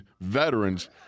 veterans